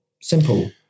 Simple